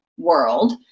world